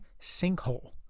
sinkhole